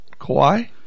Kawhi